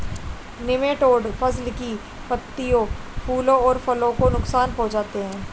nematode फसल की पत्तियों फलों और फूलों को नुकसान पहुंचाते हैं